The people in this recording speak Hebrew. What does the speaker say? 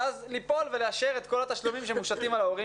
ואז ליפול ולאשר את כל התשלומים שמושתים על ההורים.